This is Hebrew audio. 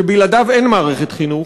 שבלעדיו אין מערכת חינוך,